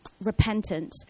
repentant